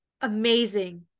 amazing